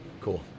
Cool